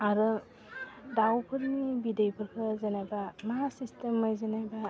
आरो दाउफोरनि बिदैफोरखौ जेनेबा मा सिस्टेमै जेनेबा